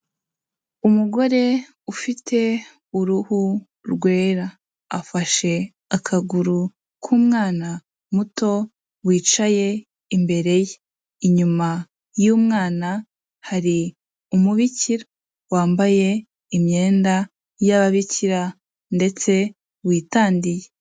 Umugore ufite uruhu rwera, afashe akaguru k'umwana muto wicaye imbere ye, inyuma y'umwana hari umubikira, wambaye imyenda y'ababikira ndetse witandiye.